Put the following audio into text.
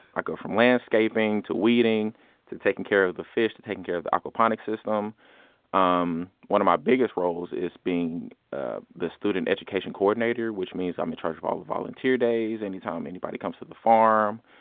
i go from landscaping to weeding to taking care of the fish to taking care of the aquaponic system um one of my biggest roles is being ah the student education coordinator, which means i'm in charge of all the volunteer days any time anybody comes to the farm.